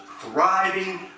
thriving